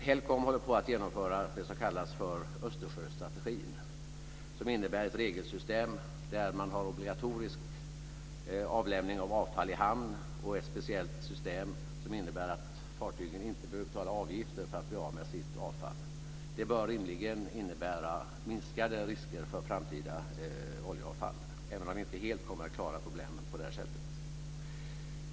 HELCOM håller på att genomföra det som kallas för Östersjöstrategin, som innebär ett regelsystem där man har obligatorisk avlämning av avfall i hamn och ett speciellt system som innebär att fartygen inte behöver betala avgifter för att bli av med sitt avfall. Det bör rimligen innebära minskade risker för framtida oljeavfall, även om vi inte helt kommer att lösa problemen på det här sättet.